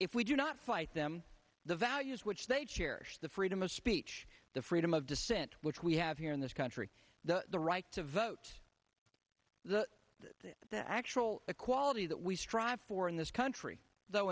if we do not fight them the van yes which they cherish the freedom of speech the freedom of dissent which we have here in this country the right to vote the the actual equality that we strive for in this country